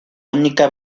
única